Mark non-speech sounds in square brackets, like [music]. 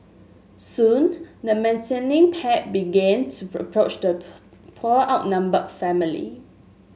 soon the menacing pack began to approach the [unintelligible] poor outnumbered family